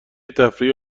تفریحی